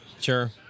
sure